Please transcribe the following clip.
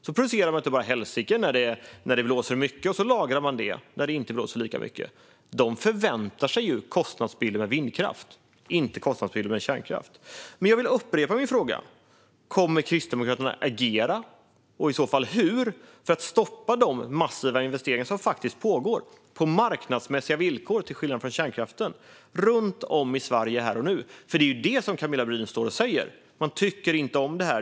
Man producerar utav bara helsike när det blåser mycket, och så har man det lagrat när det inte blåser lika mycket. De förväntar sig kostnadsbilden med vindkraft, inte kostnadsbilden med kärnkraft. Jag vill upprepa min fråga. Kommer Kristdemokraterna att agera - och i så fall hur - för att stoppa de massiva investeringar som nu faktiskt pågår runt om i Sverige? De görs på marknadsmässiga villkor, till skillnad från vad som är fallet med kärnkraften. Det som Camilla Brodin står och säger är att man inte tycker om det här.